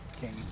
king